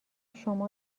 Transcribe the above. شما